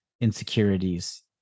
Insecurities